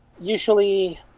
usually